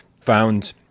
found